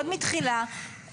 עוד מהתחלה,